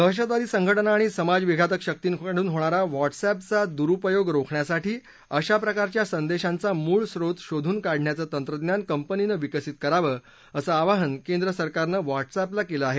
दहशतवादी संघटना आणि सामाजविघातक शक्तींकडून होणारा व्हॉट्सअॅपचा दुरुपयोग रोखण्यासाठी अशाप्रकारच्या संदेशाचा मूळ स्रोत शोधून काढण्याचं तंत्रज्ञान कंपनीनं विकसित करावं असं आवाहन केंद्र सरकारनं व्हॉट्सअॅपला केलं आहे